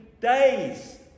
days